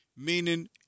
Meaning